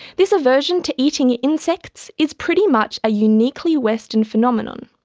this aversion to eating insects is pretty much a uniquely western phenomenon,